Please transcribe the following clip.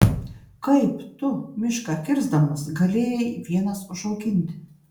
kaip tu mišką kirsdamas galėjai vienas užauginti